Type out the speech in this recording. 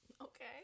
Okay